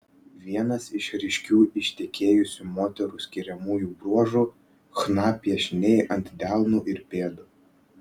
vienas iš ryškių ištekėjusių moterų skiriamųjų bruožų chna piešiniai ant delnų ir pėdų